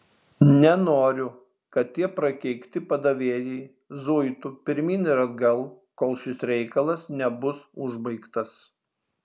nenoriu kad tie prakeikti padavėjai zuitų pirmyn ir atgal kol šis reikalas nebus užbaigtas